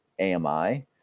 AMI